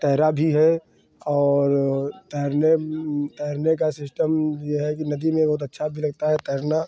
तैरा भी है और तैरने तैरने का सिस्टम ये हैं नदी में बहुत अच्छा भी लगता है तैरना